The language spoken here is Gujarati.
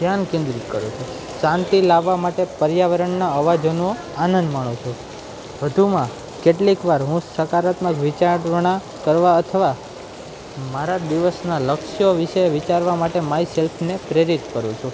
ધ્યાન કેન્દ્રિત કરું છું શાંતિ લાવવા માટે પર્યાવરણના અવાજોનો આનંદ માણું છું વધુમાં કેટલીકવાર હું સકારાત્મક વિચારધોરણ કરવા અથવા મારા દિવસનાં લક્ષ્યો વિશે વિચારવા માટે મારી સેલ્ફને પ્રેરિત કરું છું